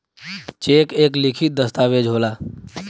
check एक लिखित दस्तावेज होला